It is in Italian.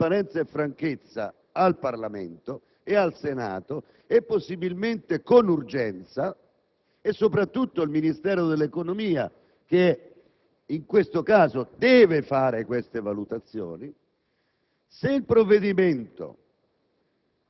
Il Governo deve dire con grande trasparenza e franchezza al Parlamento e al Senato, e possibilmente con urgenza (è soprattutto il Ministero dell'economia, che in questo caso deve fare queste valutazioni),